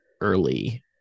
early